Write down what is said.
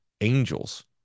angels